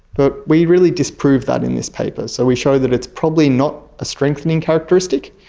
but we really disproved that in this paper. so we show that it's probably not a strengthening characteristic,